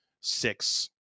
Six